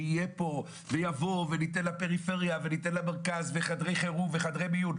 שיהיה פה ויבוא וניתן לפריפריה וניתן למרכז וחדרי חירום וחדרי מיון,